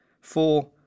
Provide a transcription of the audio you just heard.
Four